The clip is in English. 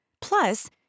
Plus